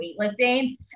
weightlifting